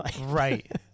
right